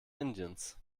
indiens